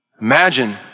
Imagine